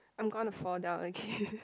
I'm gonna fall down again